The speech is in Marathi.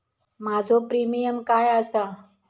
माझो प्रीमियम काय आसा?